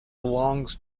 belongs